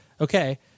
okay